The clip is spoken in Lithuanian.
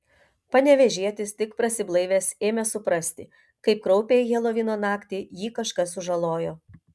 panevėžietis tik prasiblaivęs ėmė suprasti kaip kraupiai helovino naktį jį kažkas sužalojo